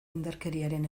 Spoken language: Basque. indarkeriaren